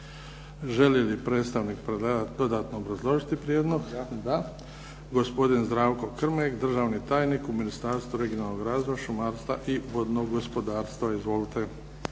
Želi li predstavnik predlagatelja dodatno obrazložiti prijedlog? Da. Gospodin Zdravko Krmek državni tajnik u Ministarstvu regionalnog razvoja, šumarstva i vodnog gospodarstva. Izvolite.